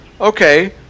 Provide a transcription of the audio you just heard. okay